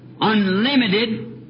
unlimited